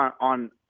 on